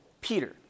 Peter